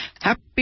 Happy